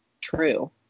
true